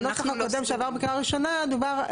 בנוסח הקודם שעבר בקריאה ראשונה דובר,